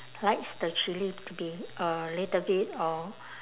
likes the chilli to be a little bit or